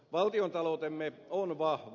valtiontaloutemme on vahva